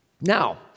Now